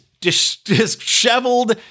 disheveled